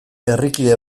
herrikide